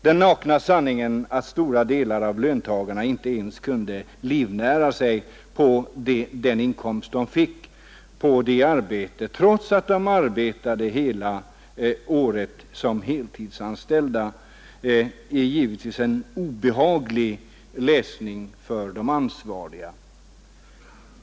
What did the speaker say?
Den nakna sanningen att stora delar av löntagarna inte ens kunde livnära sig på den inkomst de fick genom sitt arbete trots att de arbetade hela året som heltidsanställda är givetvis en obehaglig läsning för de ansvariga.